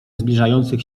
zbliżających